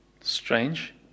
Strange